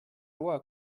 loi